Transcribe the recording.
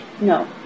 No